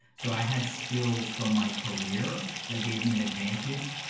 so i had skills from my career that gave me an advantage.